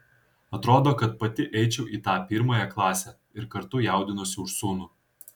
atrodo kad pati eičiau į tą pirmąją klasę ir kartu jaudinuosi už sūnų